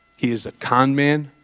he is a con man